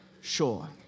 sure